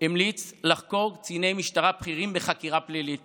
המליץ לחקור קציני משטרה בכירים בחקירה פלילית